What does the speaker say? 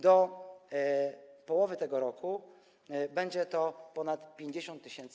Do połowy tego roku będzie ich ponad 50 tys.